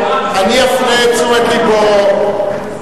השר, איזה סוד מדיני-ביטחוני הוא מגלה כאן?